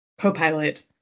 copilot